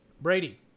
Brady